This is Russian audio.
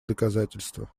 доказательство